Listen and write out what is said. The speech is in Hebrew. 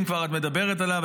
אם כבר את מדברת עליו,